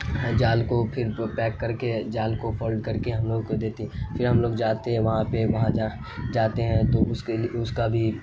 جال کو پھر پیک کر کے جال کو فولڈ کر کے ہم لوگوں کو دیتی ہیں پھر ہم لوگ جاتے ہیں وہاں پہ وہاں جاتے ہیں تو اس کے لیے اس کا بھی